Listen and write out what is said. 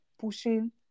pushing